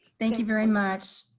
thank you very much.